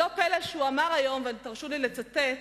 לא פלא שהוא אמר היום, ותרשו לי לצטט,